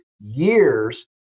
years